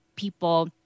people